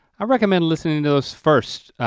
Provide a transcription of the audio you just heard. i recommend listening to those first.